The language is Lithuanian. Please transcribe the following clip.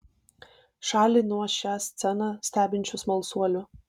šalį nuo šią sceną stebinčių smalsuolių